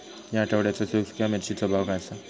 या आठवड्याचो सुख्या मिर्चीचो भाव काय आसा?